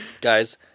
guys